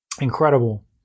Incredible